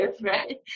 right